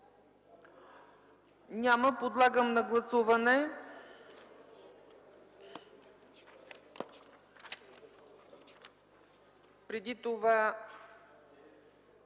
Няма. Подлагам на гласуване